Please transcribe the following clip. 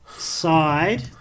side